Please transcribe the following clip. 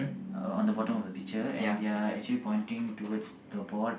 on the bottom of the picture and they are actually pointing towards the board